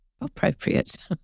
Appropriate